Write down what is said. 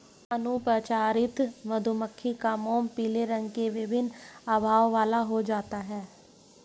अनुपचारित मधुमक्खी का मोम पीले रंग की विभिन्न आभाओं वाला हो जाता है